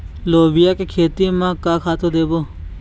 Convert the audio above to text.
लोबिया के खेती म का खातू देबो?